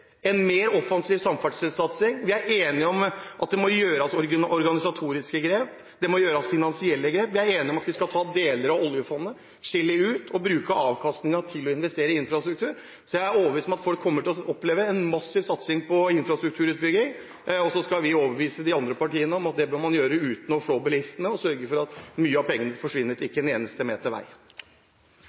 en mer offensiv samferdselssatsing. Vi er enige om at det må gjøres organisatoriske grep, det må gjøres finansielle grep. Vi er enige om at vi skal ta deler av oljefondet, skille det ut og bruke deler av avkastningen til å investere i infrastruktur. Så jeg er overbevist om at folk kommer til å oppleve en massiv satsing på infrastrukturutbygging. Så skal vi overbevise de andre partiene om at det bør man gjøre uten å flå bilistene og uten at mye av pengene forsvinner uten at vi får en eneste meter vei.